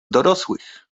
dorosłych